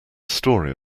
story